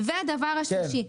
והדבר השלישי,